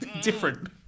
different